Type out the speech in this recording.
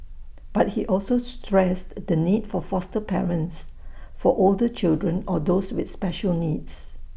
but he also stressed the need for foster parents for older children or those with special needs